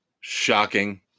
Shocking